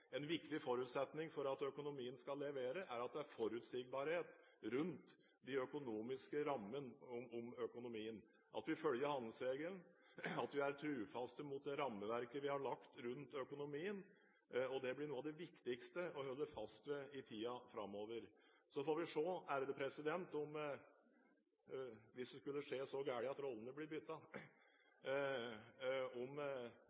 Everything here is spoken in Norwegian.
En viktig forutsetning for at økonomien skal levere er at det er forutsigbarhet rundt de økonomiske rammene rundt økonomien, at vi følger handlingsregelen, og at vi er trofaste mot det rammeverket vi har lagt rundt økonomien. Det blir noe av det viktigste å holde fast ved i tiden framover. Så får vi se – om det skulle gå så galt at rollene blir byttet – om